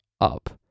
up